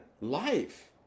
life